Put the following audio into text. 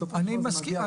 אני מסכים.